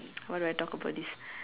what do I talk about this